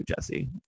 Jesse